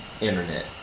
internet